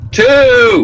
two